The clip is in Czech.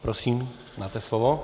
Prosím, máte slovo.